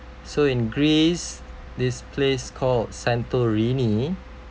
so in greece this place called santorini